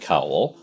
Cowl